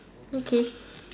okay